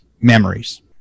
memories